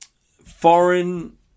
foreign